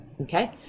Okay